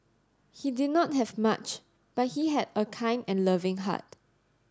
he did not have much but he had a kind and loving heart